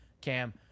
Cam